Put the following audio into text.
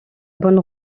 bonne